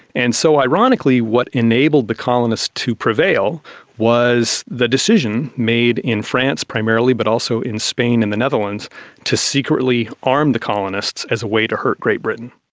and so ironically what enables the colonists to prevail was the decision made in france primarily but also in spain and the netherlands to secretly arm the colonists as a way to hurt great britain.